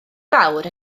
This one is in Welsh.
fawr